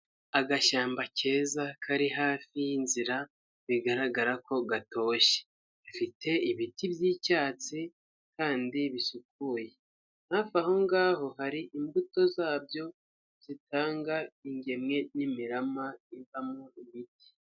Agashyamba keza kari hafi y'inzira bigaragara ko gatoshye, rifite ibiti by'icyatsi kandi bisukuye, hafi aho ngaho hari imbuto zabyo zitanga ingemwe n'imirama ivamo ibiti.